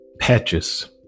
patches